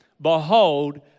behold